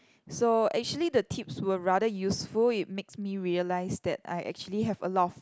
so actually the tips were rather useful it makes me realise that I actually have a lot of